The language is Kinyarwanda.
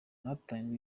hatangijwe